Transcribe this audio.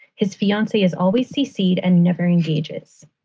his fiancee is always ccd and never engages.